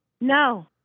No